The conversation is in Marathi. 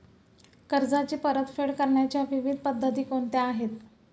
कर्जाची परतफेड करण्याच्या विविध पद्धती कोणत्या आहेत?